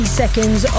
seconds